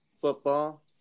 football